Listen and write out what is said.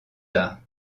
arts